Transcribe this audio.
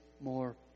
more